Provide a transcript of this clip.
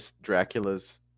Dracula's